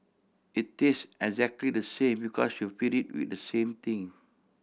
it tastes exactly the same because you feed it with the same thing